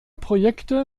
projekte